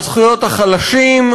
על זכויות החלשים,